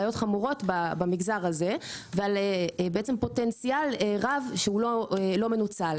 בעיות חמורות במגזר הזה ועל פוטנציאל רב שאינו מנוצל.